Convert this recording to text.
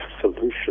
solution